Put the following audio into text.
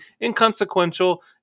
inconsequential